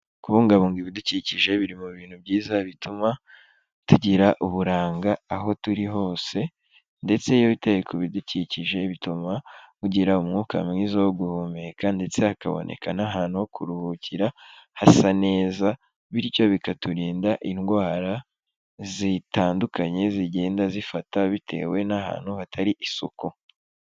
Kubungabunga ibidukikije biri mu bintu byiza bituma, tugira uburanga aho turi hose. Ndetse iyo witaye ku bidukikije bituma mugira umwuka mwiza wo guhumeka, ndetse hakaboneka n'ahantu ho kuruhukira, hasa neza, bityo bikaturinda indwara, zitandukanye zigenda zifata bitewe n'ahantu hatari isuku.